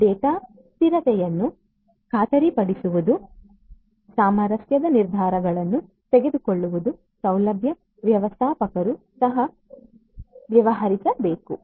data ಸ್ಥಿರತೆಯನ್ನು ಖಾತರಿಪಡಿಸುವುದು ಸಾಮರಸ್ಯದ ನಿರ್ಧಾರಗಳನ್ನು ತೆಗೆದುಕೊಳ್ಳುವುದು ಸೌಲಭ್ಯ ವ್ಯವಸ್ಥಾಪಕರೂ ಸಹ ವ್ಯವಹರಿಸಬೇಕು